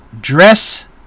dress